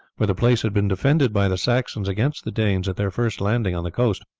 for the place had been defended by the saxons against the danes at their first landing on the coast.